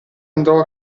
andò